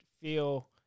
feel